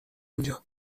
اونجا